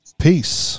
Peace